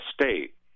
state